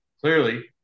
clearly